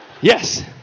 yes